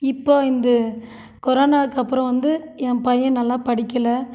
இப்போ இந்து கொரோனாக்கு அப்புறம் வந்து ஏன் பையன் நல்லா படிக்கல